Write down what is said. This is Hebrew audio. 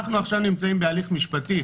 אנחנו עכשיו נמצאים בהליך משפטי.